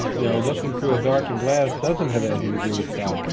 you know, looking through a darkened glass, doesn't have anything to do with god.